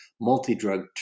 multi-drug